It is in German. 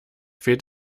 fehlt